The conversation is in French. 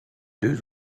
deux